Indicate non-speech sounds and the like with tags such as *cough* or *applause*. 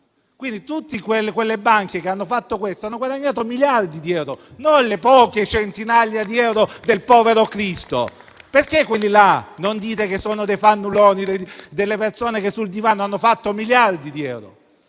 divano? Tutte quelle banche che hanno fatto questo hanno guadagnato miliardi di euro, *applause* non le poche centinaia di euro del povero cristo. Perché quelli là non dite che sono dei fannulloni, delle persone che sul divano hanno fatto miliardi di euro?